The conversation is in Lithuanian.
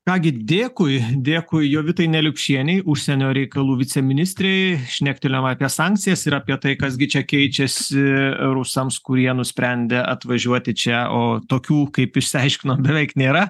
ką gi dėkui dėkui jovitai neliupšienei užsienio reikalų viceministrei šnektelėjom apie sankcijas ir apie tai kas gi čia keičiasi rusams kurie nusprendė atvažiuoti čia o tokių kaip išsiaiškinom beveik nėra